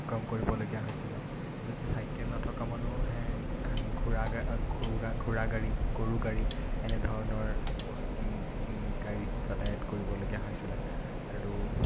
অতিক্ৰম কৰিবলগীয়া হৈছিলে যো চাইকেল নথকা মানুহে ঘোঁৰা গা ঘোঁৰা গাড়ী গৰু গাড়ী এনেধৰণৰ বচ গাড়ীত যাতায়াত কৰিবলগীয়া হৈছিলে আৰু